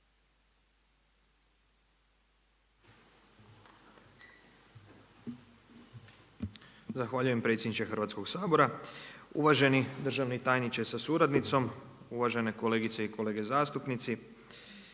Zahvaljujem predsjedniče Hrvatskog sabora. Uvaženi državni tajniče sa suradnicom, uvažene kolegice i kolege zastupnici.